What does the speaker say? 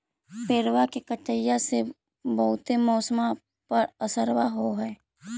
पेड़बा के कटईया से से बहुते मौसमा पर असरबा हो है?